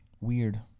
Weird